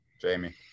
Jamie